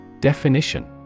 Definition